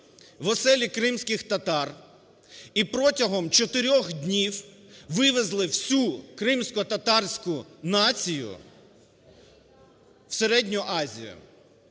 в оселі кримських татар і протягом чотирьох днів вивезли всю кримськотатарську націю в Середню Азію.